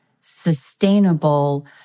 sustainable